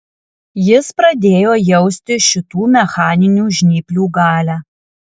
jis pradėjo jausti šitų mechaninių žnyplių galią